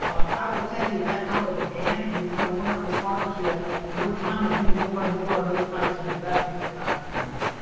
i will tell you that's how it began and it's been a wonderful partnership. and we're trying to do more and more of those types of investments in our community.